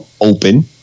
open